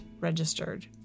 registered